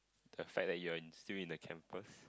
the fact that you're in still in the campus